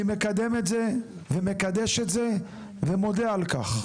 אני מקדם את זה ומקדש את זה ומודה על כך.